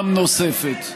פעם נוספת.